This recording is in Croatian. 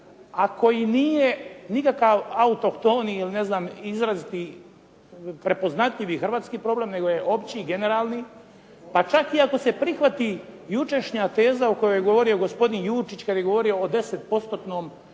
koji nije nikakav autohtoni ili izraziti, prepoznatljivi hrvatski problem, nego je opći i generalni, pa čak i ako se prihvati jučerašnja teza o kojoj je govorio gospodin Jurčić kad je govorio o 10%-tnom